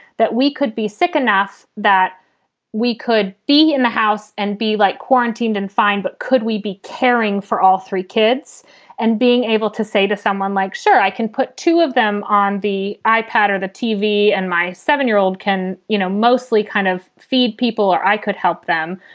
that we could be sick enough, that we could be in the house and be like quarantined and fine. but could we be caring for all three kids and being able to say to someone like, sure, i can put two of them on the i-pad or the tv and my seven year old can, you know, mostly kind of feed people or i could help them.